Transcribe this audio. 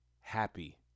happy